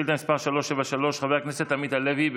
שאילתה מס' 373, של חבר הכנסת עמית הלוי.